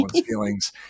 feelings